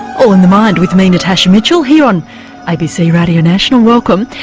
all in the mind with me natasha mitchell here on abc radio national, welcome.